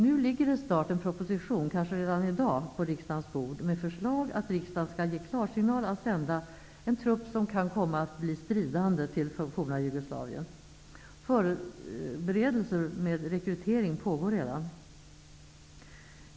Nu ligger snart en proposition, kanske redan i dag, på riksdagens bord med förslag att riksdagen skall ge klarsignal att sända en trupp till de stridande i forna Jugoslavien. Förberedelser med rekrytering pågår redan.